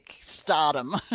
stardom